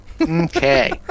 Okay